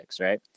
right